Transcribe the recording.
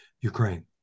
Ukraine